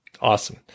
Awesome